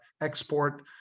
export